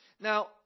Now